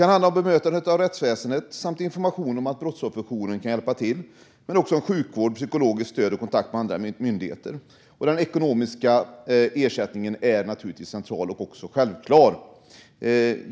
Det handlar om bemötande av brottsoffer, om information om Brottsofferjouren men också om sjukvård, psykologiskt stöd och kontakt med andra myndigheter. Den ekonomiska ersättningen är givetvis central och självklar.